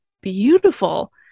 beautiful